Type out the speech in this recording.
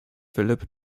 phillip